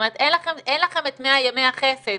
אין לכם את 100 ימי החסד,